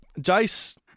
Jace